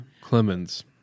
Clemens